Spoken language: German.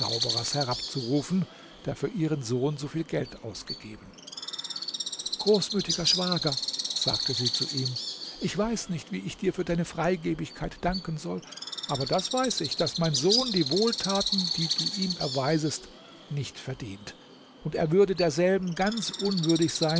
zauberers herabzurufen der für ihren sohn so viel geld ausgegeben großmütiger schwager sagte sie zu ihm ich weiß nicht wie ich dir für deine freigebigkeit danken soll aber das weiß ich daß mein sohn die wohltaten die du ihm erweisest nicht verdient und er würde derselben ganz unwürdig